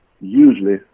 usually